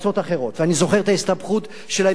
ואני זוכר את ההסתבכות שלהם עם צרפת.